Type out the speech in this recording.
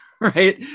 right